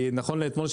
נכון לאתמול,